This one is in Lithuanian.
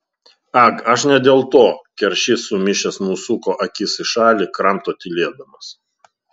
ag aš ne dėl to keršis sumišęs nusuko akis į šalį kramto tylėdamas